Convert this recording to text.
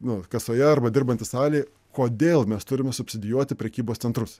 nu kasoje arba dirbantį salėje kodėl mes turime subsidijuoti prekybos centrus